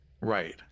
Right